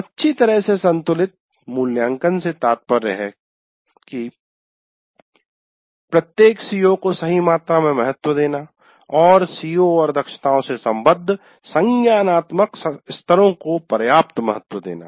अच्छी तरह से संतुलित मूल्यांकन से तात्पर्य है प्रत्येक सीओ को सही मात्रा में महत्व देना और सीओ और दक्षताओं से सम्बद्ध संज्ञानात्मक स्तरों को पर्याप्त महत्व देना